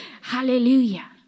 Hallelujah